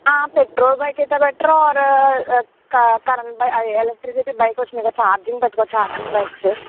petrol bike అయితే బెటరా or క కరెంట్ ఎలక్ట్రిసిటీ బైక్ వచ్చాయిగా ఛార్జింగ్ పెట్టుకో ఛార్జింగ్ బైక్సు